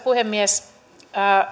puhemies